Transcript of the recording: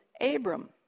Abram